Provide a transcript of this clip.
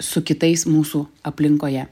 su kitais mūsų aplinkoje